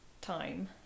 time